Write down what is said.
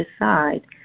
decide